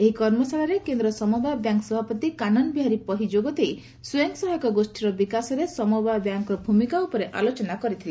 ଏହି କର୍ମଶାଳାରେ କେନ୍ଦ୍ର ସମବାୟ ବ୍ୟାଙ୍କ ସଭାପତି କାନନ ବିହାରୀ ପହି ଯୋଗଦେଇ ସ୍ୱୟଂ ସହାୟକ ଗୋଷିର ବିକାଶରେ ସମବାୟ ବ୍ୟାଙ୍କ୍ର ଭୂମିକା ଉପରେ ଆଲୋଚନା କରିଥିଲେ